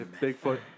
Bigfoot